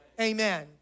Amen